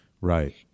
right